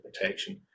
protection